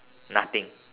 nothing